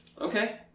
Okay